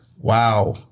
Wow